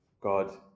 God